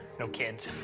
no kids,